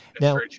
Now